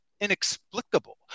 inexplicable